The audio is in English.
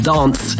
Dance